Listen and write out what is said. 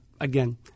again